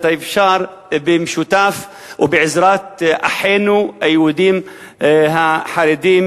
האפשר במשותף ובעזרת אחינו היהודים החרדים